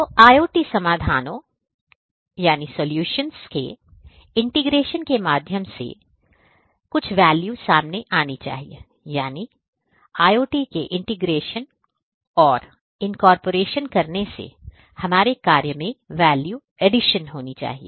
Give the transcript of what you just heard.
तो IOT समाधानों के एकीकरण के माध्यम से मूल्यवर्धन सामने आना चाहिए यानी IOT के इंटीग्रेशन और इनकॉरपोरेशन करने से हमारे कार्य में वैल्यू एडिशन होनी चाहिए